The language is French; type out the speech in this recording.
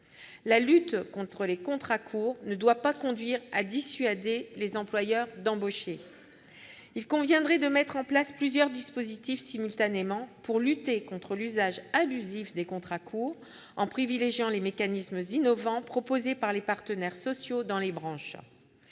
La lutte contre les contrats courts ne doit pas conduire à dissuader les employeurs d'embaucher. Il conviendrait de mettre en place plusieurs dispositifs simultanément pour lutter contre l'usage abusif des contrats courts, en privilégiant les mécanismes innovants proposés par les partenaires sociaux dans les branches.